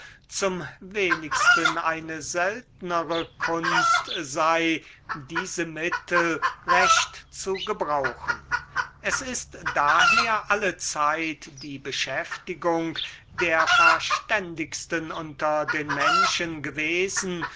zum wenigsten eine seltnere kunst sei diese mittel recht zu gebrauchen es ist daher allezeit die beschäftigung der verständigsten unter den menschen gewesen